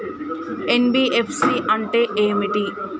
NBFC అంటే ఏమిటి?